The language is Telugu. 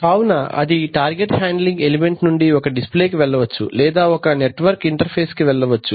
కావున అది టార్గెట్ హ్యాండ్లింగ్ ఎలిమెంట్ నుండి ఒక డిస్ప్లే కి వెళ్ళవచ్చు లేదా అది ఒక నెట్ వర్క్ ఇంటర్ఫేస్ కి వెళ్ళవచ్చు